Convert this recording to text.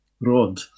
Rod